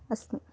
अस्मि